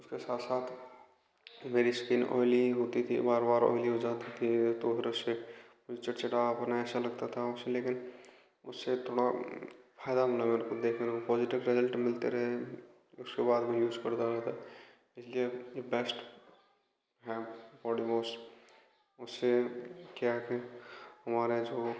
उसके साथ साथ मेरी इस्कीन ऑइली होती थी बार बार ऑइली हो जाती थी तो फिर उससे चटचटापन ऐसा लगता था उसे लेकिन उससे थोड़ा फायदा लगा वो देखकर वो पोजिटिव रिजल्ट मिलते रहे हैं उसके बाद मैं यूज करता रहता इसलिए बैस्ट है बौडी वोस उससे क्या है कि हमारे जो